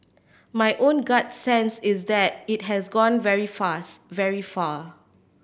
my own gut sense is that it has gone very fast very far